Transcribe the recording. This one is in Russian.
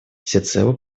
всецело